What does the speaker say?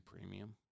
Premium